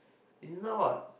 it's not